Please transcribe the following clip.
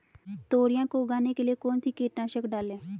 तोरियां को उगाने के लिये कौन सी कीटनाशक डालें?